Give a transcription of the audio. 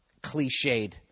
cliched